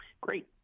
Great